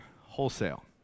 wholesale